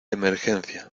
emergencia